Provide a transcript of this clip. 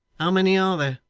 how many are there